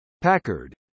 Packard